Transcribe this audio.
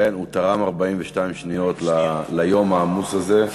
כן, הוא תרם 42 שניות ליום העמוס הזה.